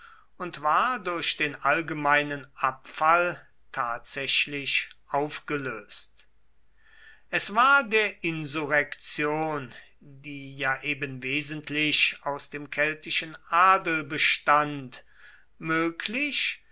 und war durch den allgemeinen abfall tatsächlich aufgelöst es war der insurrektion die ja eben wesentlich aus dem keltischen adel bestand möglich